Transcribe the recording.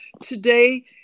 today